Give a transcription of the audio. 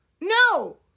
no